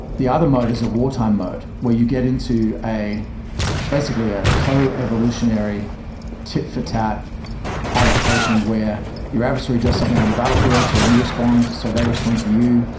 the other mode is a wartime mode where you get into basically a co-evolutionary tit for tat adaptation where your adversary does something on the battlefield so you respond, so they respond to you,